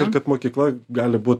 ir kad mokykla gali būt